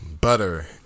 butter